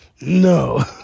No